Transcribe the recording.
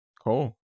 Cool